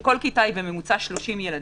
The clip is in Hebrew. וכל כיתה בממוצע 30 ילדים,